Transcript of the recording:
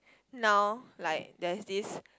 now like there's this